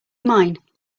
mine